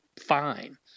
fine